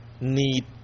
need